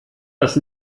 das